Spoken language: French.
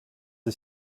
des